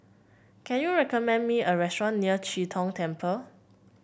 can you recommend me a restaurant near Chee Tong Temple